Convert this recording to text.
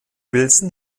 wilson